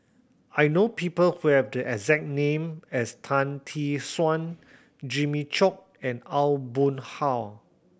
I know people who have the exact name as Tan Tee Suan Jimmy Chok and Aw Boon Haw